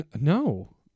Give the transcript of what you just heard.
No